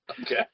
okay